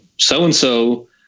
So-and-so